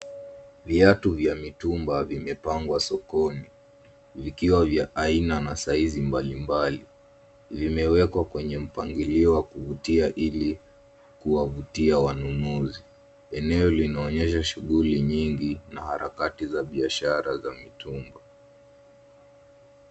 Viatu vya mutumba vimepangwa sokoni , vikiwa vya aina size mbali mbali, vimewekwa kwenye mpangilio wa kuvutia ili kuwavutia wanunuzi. Eneo linaonyesha shughuli nyingi na harakati za biashara za mitumba.